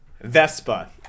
vespa